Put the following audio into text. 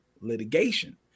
litigation